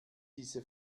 diese